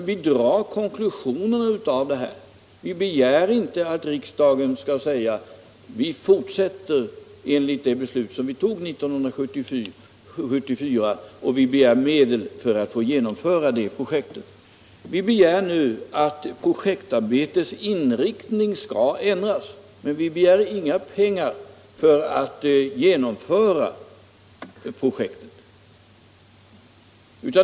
Vi begär nu inte att riksdagen skall säga: ”Vi fortsätter enligt det beslut vi fattade 1974 och anslår medel för att genomföra projektet.” Vi föreslår nu att projektarbetets inriktning skall ändras. Inga medel äskas för att genomföra projektet.